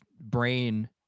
brain